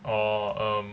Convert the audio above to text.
orh um